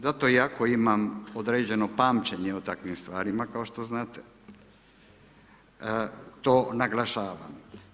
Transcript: Zato ja, zato jako imam određeno pamćenje o takvim stvarima kao što znate, to naglašavam.